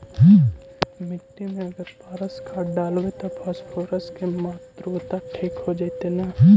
मिट्टी में अगर पारस खाद डालबै त फास्फोरस के माऋआ ठिक हो जितै न?